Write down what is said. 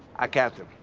i captain.